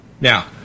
now